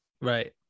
Right